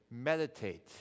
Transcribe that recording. meditate